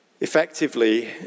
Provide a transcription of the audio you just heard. effectively